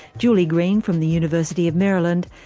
julie greene, from the university of maryland,